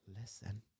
listen